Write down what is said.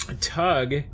tug